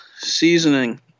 seasoning